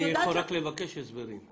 אני יכול רק לבקש הסברים.